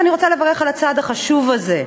ראשית, אני רוצה לברך על הצעד החשוב הזה,